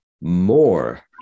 more